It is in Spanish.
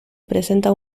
presenta